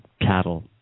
cattle